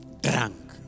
Drunk